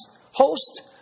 host